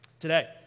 Today